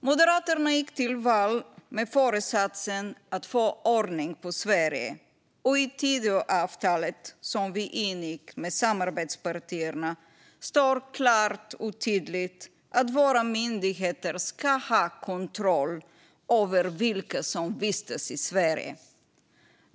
Moderaterna gick till val med föresatsen att få ordning på Sverige, och i Tidöavtalet som vi ingick med samarbetspartierna står klart och tydligt att våra myndigheter ska ha kontroll över vilka som vistas i Sverige.